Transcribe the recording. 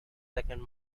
second